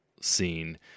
scene